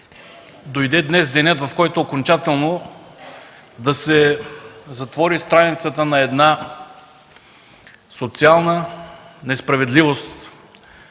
Дойде денят, в който окончателно да се затвори страницата на една социална несправедливост